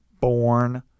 born